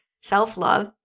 Self-love